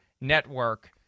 network